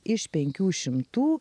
iš penkių šimtų